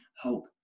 hope